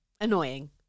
annoying